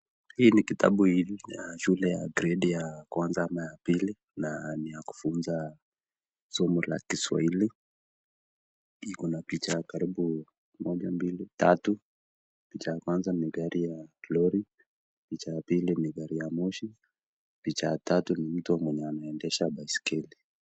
Hii ni kitabu ya shule ya gredi ya kwanza ama ya pili na ni ya kufunza somo la kiswahili, iko na picha karibu tau, picha ya kwanza ni gari ya lori, picha pili ni gari ya moshi, picha ya tatu ni mtu mwenye anaendesha baiskeli.